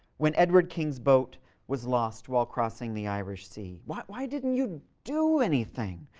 when edward king's boat was lost while crossing the irish sea why didn't you do anything?